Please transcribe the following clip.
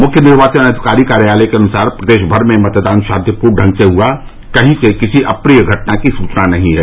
मुख्य निर्वाचन अधिकारी कार्यालय के अनुसार प्रदेश भर में मतदान शांतिपूर्ण ढंग से हुआ और कहीं से किसी अप्रिय घटना की सूचना नहीं है